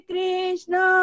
Krishna